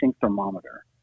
thermometer